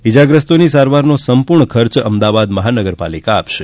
ઈજાગ્રસ્તોની સારવારનો સંપૂર્ણ ખર્ચ અમદાવાદ મહાનગરપાલિકા આપશે